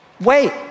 wait